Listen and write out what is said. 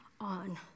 on